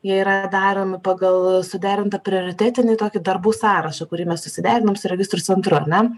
jie yra daromi pagal suderintą prioritetinį tokį darbų sąrašą kurį mes susiderinom su registrų centru ar ne